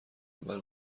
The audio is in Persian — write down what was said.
اول